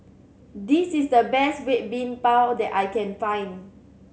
this is the best Red Bean Bao that I can find